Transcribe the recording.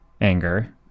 anger